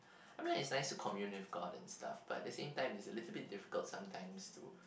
I mean it's like nice to commune with god and stuff but at the same time it's a little bit difficult sometimes to